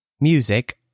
music